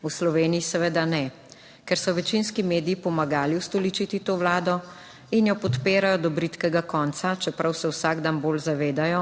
V Sloveniji seveda ne, ker so večinski mediji pomagali ustoličiti to vlado in jo podpirajo do bridkega konca, čeprav se vsak dan bolj zavedajo,